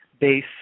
base